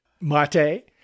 Mate